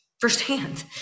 firsthand